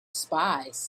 spies